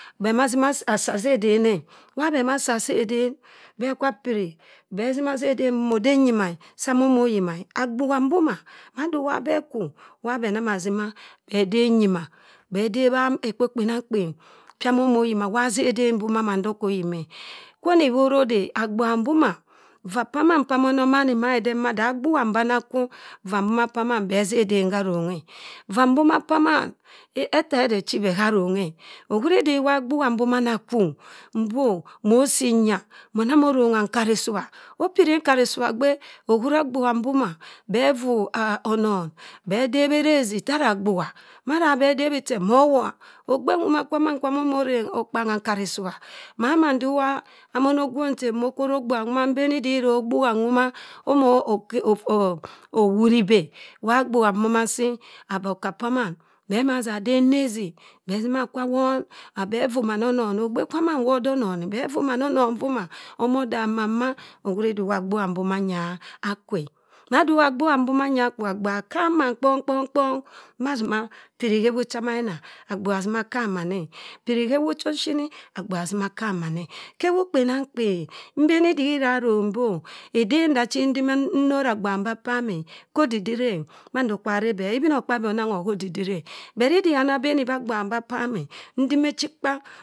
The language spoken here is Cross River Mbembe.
. Beh mazima asaa sedeneh. wa bema saa seden, beh kwa piri bessima sa eden ode nyima e saa momoyima e. agbuha mboma madiwa beh kwa wa beh namma zima beh dep nyima. Beh debha ekpo kpenamkpen pyamomo ayima wa se den mamann odok khoyim e. kwa oni opora ode, agbuba mboma vaa p'amann p'mononani madidenmma dagbuha mbona anakwu, vaa mbomo pa mann beh ezeden haranghe. vaa mboma p'amann etchede echi beharonghe. ahuridi agbugha mboma anakwu mbo mossi nya, monamo vongha nkarisua. opiri nkarisua gbe, ohura agbuha mboma, beh ffu anong beh debherezi tara agbuha. mada beh debhi che mowor ogbenwo kwamana kwo momokpangha nkarisua, mamann diwa monogwong nchen mokwo oreh gbuha onwoma mbeni dira ogbuha nwoma omo owori beh. Wa agbuha mboma asii aboka p'aman beh maza dabhin nezi beh zima kwawon. Beh ffu mananon ogbe kwamann wadeh onon e. Beh ffuu mannonon voma, anodam mann maa ohuridi agbuha mbo manya akwu e. Madi agbuha mbo manya akwu, agbugha akan mann kpong, kpong kpong ma se ma piri khewu chamayina agbuha azim akan mann e. piri khewu cha oshini, agbuha azima akan mann e. khewu kpenamkpen, mbeni dira arong bi oh eden dachi nzima nnorr agbuha mba pameh khodidireh mando kwa arreh beh e. Ibinokpabi onangha beh hodidiri bet idiho anabeni beh agbuha mbapam eh nsima echikpa.